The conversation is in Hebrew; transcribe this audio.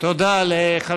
כאשר